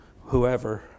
whoever